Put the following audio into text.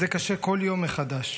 זה קשה כל יום מחדש.